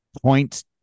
points